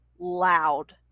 loud